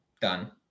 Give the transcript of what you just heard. Done